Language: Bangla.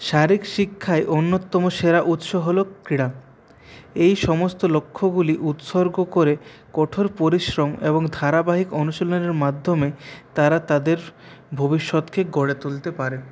শারীকশিক্ষায় অন্যতম সেরা উৎস হল ক্রীড়া এই সমস্ত লক্ষ্যগুলি উৎসর্গ করে কঠোর পরিশ্রম এবং ধারাবাহিক অনুশীলনের মাধ্যমে তারা তাঁদের ভবিষ্যতকে গড়ে তুলতে পারেন